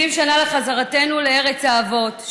70 שנה לחזרתנו לארץ האבות.